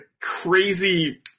crazy –